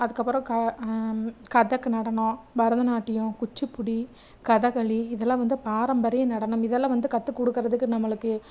அதுக்கு அப்புறம் க கதக் நடனம் பரதநாட்டியம் குச்சிப்புடி கதக்களி இதலாம் வந்து பராம்பரிய நடனம் இதலாம் வந்து கத்துக் கொடுக்குறதுக்கு நம்மளுக்கு